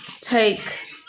take